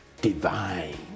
divine